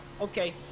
okay